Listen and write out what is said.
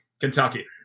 Kentucky